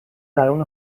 درون